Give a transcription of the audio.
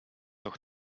auch